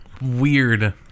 weird